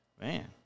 Man